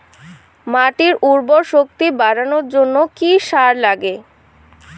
মাটির উর্বর শক্তি বাড়ানোর জন্য কি কি সার লাগে?